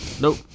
Nope